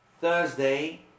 Thursday